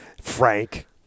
Frank